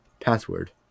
password